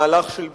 מהלך של ביטול.